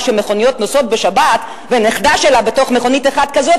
שמכוניות נוסעות בשבת והנכדה שלה בתוך מכונית אחת כזו,